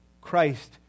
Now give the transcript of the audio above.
Christ